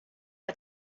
had